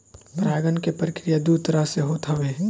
परागण के प्रक्रिया दू तरह से होत हवे